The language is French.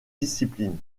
discipline